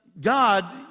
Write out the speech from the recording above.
God